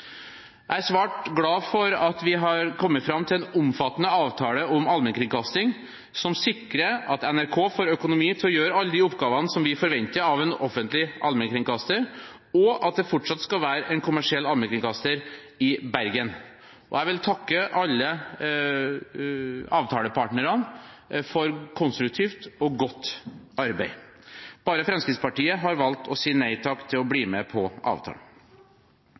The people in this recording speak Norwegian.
Jeg er svært glad for at vi har kommet fram til en omfattende avtale om allmennkringkasting som sikrer at NRK får økonomi til å gjøre alle de oppgavene som vi forventer av en offentlig allmennkringkaster, og at det fortsatt skal være en kommersiell allmennkringkaster i Bergen. Jeg vil takke alle avtalepartnerne for konstruktivt og godt arbeid. Bare Fremskrittspartiet har valgt å si nei takk til å bli med på avtalen.